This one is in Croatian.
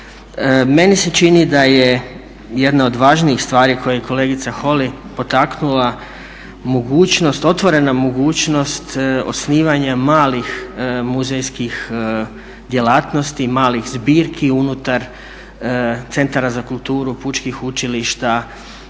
Meni se čini da je jedna od važnijih stvari koje je kolegica Holy potaknula, otvorena mogućnost osnivanja malih muzejskih djelatnosti, malih zbirka unutar centara za kulturu, pučkih učilišta,